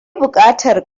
buƙatar